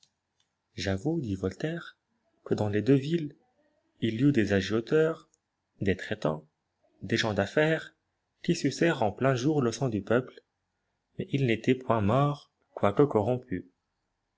j'avoue dit voltaire que dans les deux villes il y eut des agioteurs des traitans des gens d'affaires qui sucèrent en plein jour le sang du peuple mais ils n'étaient point morts quoique corrompus